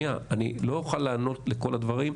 אני לא אוכל לענות לכל הדברים.